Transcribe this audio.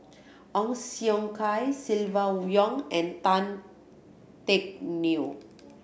Ong Siong Kai Silvia Yong and Tan Teck Neo